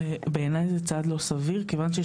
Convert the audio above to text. בעיניי זה צעד נכון כדי להגביר יעילות.